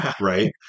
right